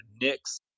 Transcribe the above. Knicks